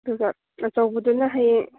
ꯑꯗꯨꯒ ꯑꯆꯧꯕꯗꯨꯅ ꯍꯌꯦꯡ